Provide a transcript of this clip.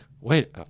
wait